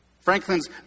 Franklin's